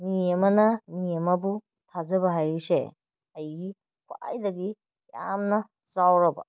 ꯃꯤ ꯑꯃꯅ ꯃꯤ ꯑꯃꯕꯨ ꯊꯥꯖꯕ ꯍꯥꯏꯔꯤꯁꯦ ꯑꯩꯒꯤ ꯈ꯭ꯋꯥꯏꯗꯒꯤ ꯌꯥꯝꯅ ꯆꯥꯎꯔꯕ